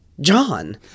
John